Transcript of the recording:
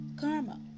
karma